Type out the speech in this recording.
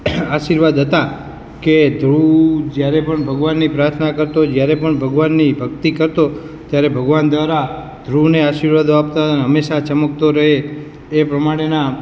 આશીર્વાદ હતા કે ધ્રુવ જયારે પણ ભગવાનની પ્રાર્થના કરતો જયારે પણ ભગવાનની ભક્તિ કરતો ત્યારે ભગવાન દ્વારા ધ્રુવને આશીર્વાદ આપતા હંમેશા ચમકતો રહે એ પ્રમાણેના